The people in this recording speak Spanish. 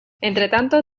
entretanto